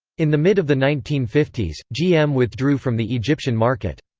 in the mid of the nineteen fifty s, gm withdrew from the egyptian market.